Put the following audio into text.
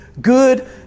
good